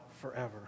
forever